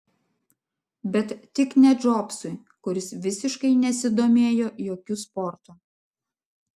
bet tik ne džobsui kuris visiškai nesidomėjo jokiu sportu